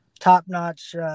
top-notch